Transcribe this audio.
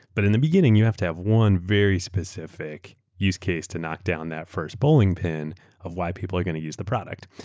but in the beginning you have to have one very specific use case to knock down that first bowling pin of why people are going to use the product.